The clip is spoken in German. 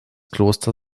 kloster